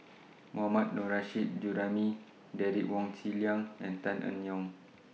Mohammad Nurrasyid Juraimi Derek Wong Zi Liang and Tan Eng Yoon